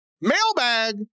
Mailbag